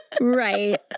Right